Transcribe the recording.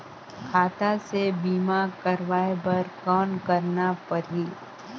खाता से बीमा करवाय बर कौन करना परही?